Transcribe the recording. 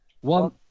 one